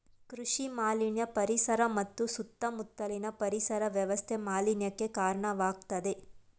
ಕೃಷಿ ಮಾಲಿನ್ಯ ಪರಿಸರ ಮತ್ತು ಸುತ್ತ ಮುತ್ಲಿನ ಪರಿಸರ ವ್ಯವಸ್ಥೆ ಮಾಲಿನ್ಯಕ್ಕೆ ಕಾರ್ಣವಾಗಾಯ್ತೆ